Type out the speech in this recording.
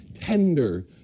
tender